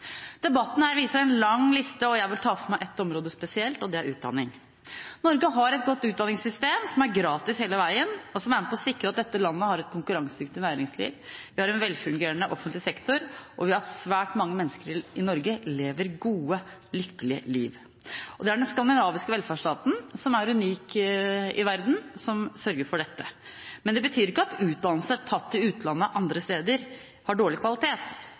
Debatten her viser en lang liste, og jeg vil ta for meg ett område spesielt, og det er utdanning. Norge har et godt utdanningssystem som er gratis hele veien, og som er med på å sikre at dette landet har et konkurransedyktig næringsliv. Vi har en velfungerende offentlig sektor, og svært mange mennesker i Norge lever gode, lykkelige liv. Det er den skandinaviske velferdsstaten, som er unik i verden, som sørger for dette. Men det betyr ikke at utdannelse tatt i utlandet, andre steder, har dårlig kvalitet.